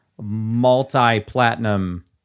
multi-platinum